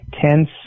tense